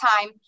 time